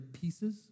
pieces